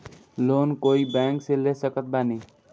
Loan कोई bank से ले सकत बानी?